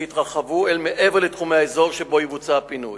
שיתרחבו אל מעבר לתחומי האזור שבו יבוצע הפינוי,